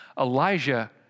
Elijah